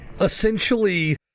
essentially